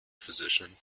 physician